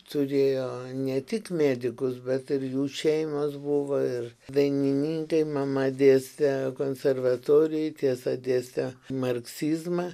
turėjo ne tik medikus bet ir jų šeimos buvo ir dainininkai mama dėstė konservatorijoj tiesa dėstė marksizmą